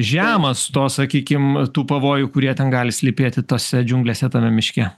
žemas to sakykim tų pavojų kurie ten gali slypėti tose džiunglėse tame miške